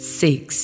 six